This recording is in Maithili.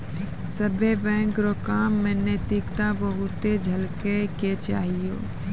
सभ्भे बैंक रो काम मे नैतिकता बहुते झलकै के चाहियो